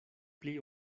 pli